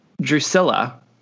Drusilla